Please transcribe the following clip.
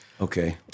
Okay